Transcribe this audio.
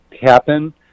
happen